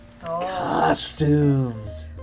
Costumes